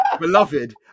Beloved